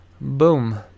boom